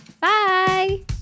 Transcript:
Bye